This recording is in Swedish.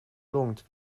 långt